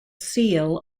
seal